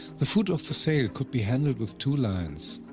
the foot of the sail could be handled with two lines.